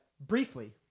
briefly